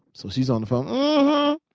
so she's on the phone, um hmm,